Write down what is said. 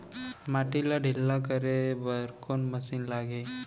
माटी ला ढिल्ला करे बर कोन मशीन लागही?